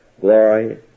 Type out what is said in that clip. glory